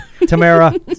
Tamara